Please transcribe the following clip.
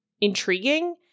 intriguing